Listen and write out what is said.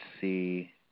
see